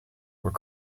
were